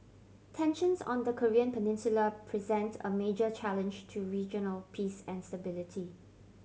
tensions on the Korean Peninsula present a major challenge to regional peace and stability